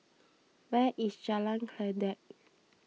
where is Jalan Kledek